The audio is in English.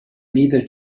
neither